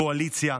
קואליציה,